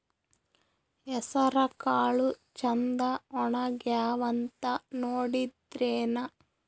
ಹೆಸರಕಾಳು ಛಂದ ಒಣಗ್ಯಾವಂತ ನೋಡಿದ್ರೆನ?